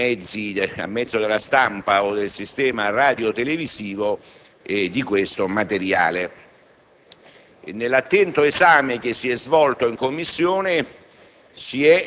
divulgazione a mezzo di stampa o del sistema radiotelevisivo di questo materiale. Nell'attento esame che si è svolto in Commissione